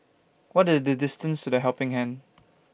What IS The distance to The Helping Hand